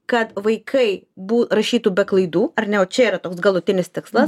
kad vaikai bu rašytų be klaidų ar ne o čia yra toks galutinis tikslas